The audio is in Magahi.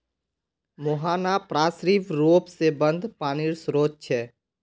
मुहाना पार्श्विक र्रोप से बंद पानीर श्रोत छे